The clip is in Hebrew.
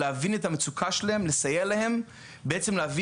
להבין את המצוקה שלהם ולסייע להם בעצם להביא